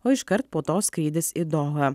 o iškart po to skrydis į dohą